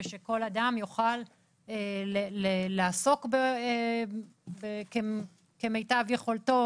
ושכל אדם יוכל לעסוק כמיטב יכולתו,